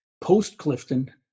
Post-Clifton